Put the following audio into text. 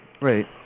Right